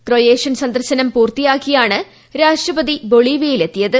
Croatian സന്ദർശനം പൂർത്തിയാക്കിയാണ് രാഷ്ട്രപതി ബൊളീവിയയിൽ എത്തിയത്